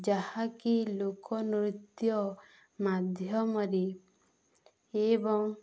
ଯାହାକି ଲୋକନୃତ୍ୟ ମାଧ୍ୟମରେ ଏବଂ